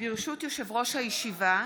ברשות יושב-ראש הישיבה,